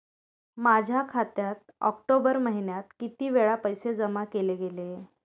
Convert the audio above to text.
माझ्या खात्यात ऑक्टोबर महिन्यात किती वेळा पैसे जमा केले गेले?